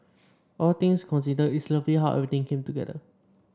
all things considered it's lovely how everything came together